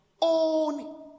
own